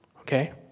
Okay